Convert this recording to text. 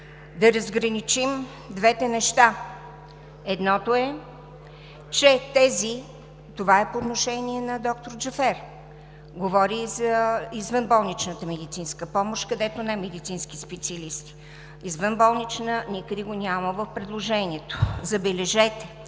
да разграничим двете неща – едното е по отношение на доктор Джафер, където говори за извънболничната медицинска помощ, немедицински специалисти. Извънболнична никъде го няма в предложението. Забележете!